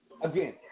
Again